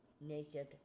naked